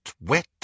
wet